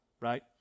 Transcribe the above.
right